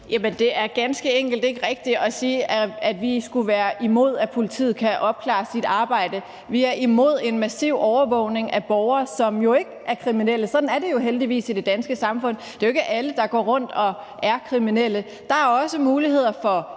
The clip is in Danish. det er ganske enkelt ikke rigtigt at sige, at vi skulle være imod, at politiet kan gøre sit opklaringsarbejde. Vi er imod en massiv overvågning af borgere, som ikke er kriminelle. Sådan er det jo heldigvis i det danske samfund; det er jo ikke alle, der går rundt og er kriminelle. Der er også muligheder for